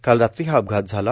काल रात्री हा अपघात झाला